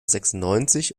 sechsundneunzig